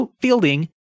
Fielding